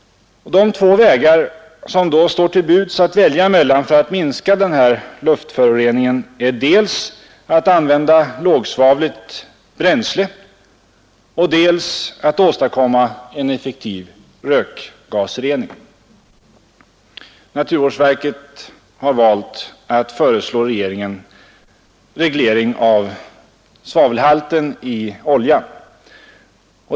De två vägar som då står till buds att välja mellan för att minska den här luftföroreningen är dels att använda lågsvavligt bränsle, dels att åstadkomma en effektiv rökgasrening. Naturvårdsverket har valt att föreslå reglering av svavelhalten i oljan.